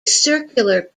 circular